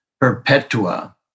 perpetua